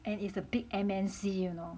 and it's the big M_N_C you know